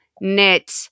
knit